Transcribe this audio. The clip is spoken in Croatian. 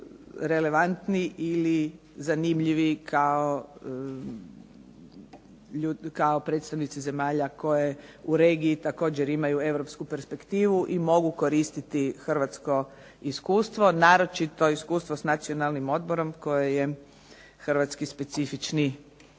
relevantni ili zanimljivo kao predstavnici zemalja koje u regiji također imaju europsku perspektivu i mogu koristiti hrvatsko iskustvo, naročito iskustvo s Nacionalnim odborom koji je hrvatski specifični